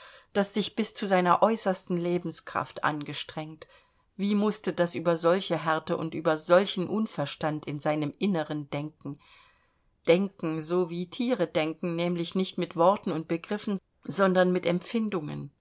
das sich bis zu seiner äußersten lebenskraft angestrengt wie mußte das über solche härte und über solchen unverstand in seinem inneren denken denken so wie tiere denken nämlich nicht mit worten und begriffen sondern mit empfindungen